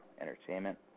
Entertainment